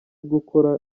gukora